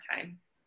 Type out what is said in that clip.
times